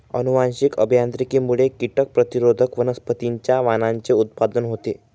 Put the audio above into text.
अनुवांशिक अभियांत्रिकीमुळे कीटक प्रतिरोधक वनस्पतींच्या वाणांचे उत्पादन होते